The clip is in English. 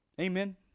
Amen